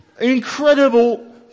incredible